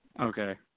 Okay